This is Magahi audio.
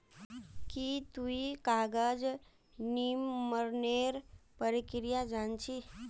की तुई कागज निर्मानेर प्रक्रिया जान छि